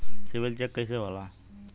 CIBIL check कइसे होला?